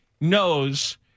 knows